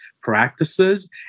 practices